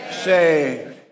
saved